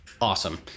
awesome